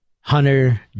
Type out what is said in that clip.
Hunter